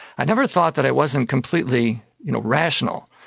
i never thought that i wasn't completely you know rational.